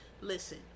listen